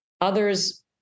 Others